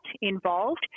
involved